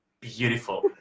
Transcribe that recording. Beautiful